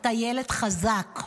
אתה ילד חזק,